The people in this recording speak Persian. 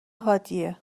حادیه